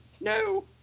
No